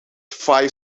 five